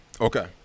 Okay